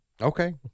Okay